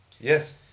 Yes